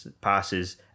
passes